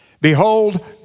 Behold